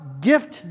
gift